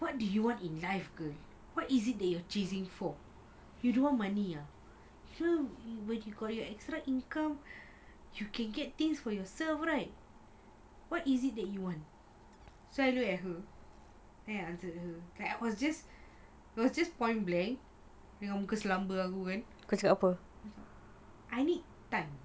what did you want in life girl what is it they are chasing for you don't want money ah when you got extra income you can get things for yourself right what is it that you want so I looked at her then I answered her like I was just it was just point blank because lambang aku I need time